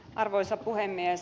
arvoisa puhemies